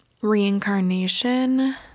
reincarnation